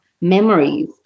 memories